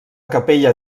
capella